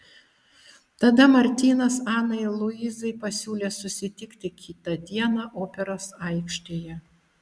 tada martynas anai luizai pasiūlė susitikti kitą dieną operos aikštėje